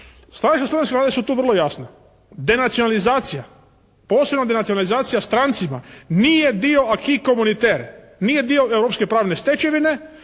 Stajališta slovenske Vlade su tu vrlo jasna. Denacionalizacija, posebno denacionalizacija strancima nije dio Acquis Comunnitaire, nije dio europske pravne stečevine